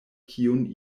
kiun